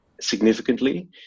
significantly